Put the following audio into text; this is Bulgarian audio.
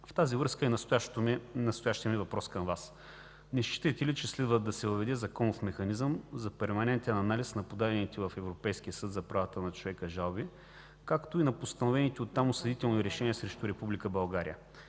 В тази връзка е въпросът ми към Вас: не считате ли, че следва да се въведе законов механизъм за перманентен анализ на подадените в Европейския съд за правата на човека жалби, както и на постановените от там осъдителни решения срещу Република